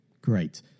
great